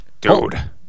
Dude